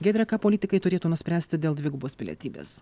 giedre ką politikai turėtų nuspręsti dėl dvigubos pilietybės